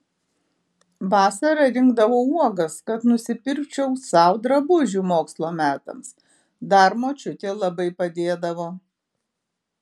vasara rinkdavau uogas kad nusipirkčiau sau drabužių mokslo metams dar močiutė labai padėdavo